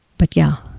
but, yeah,